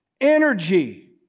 energy